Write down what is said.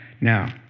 Now